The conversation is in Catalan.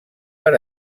per